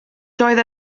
doedd